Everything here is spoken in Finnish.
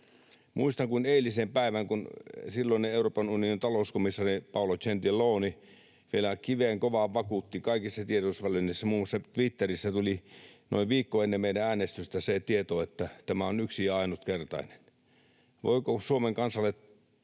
Muistan kuin eilisen päivän, kun silloinen Euroopan unionin talouskomissaari Paolo Gentiloni vielä kivenkovaan vakuutti sitä kaikissa tiedotusvälineissä, muun muassa Twitterissä tuli noin viikko ennen meidän äänestystä se tieto, että tämä on yksi ja ainutkertainen. Voiko Suomen kansalle